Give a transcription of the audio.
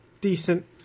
decent